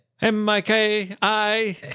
M-I-K-I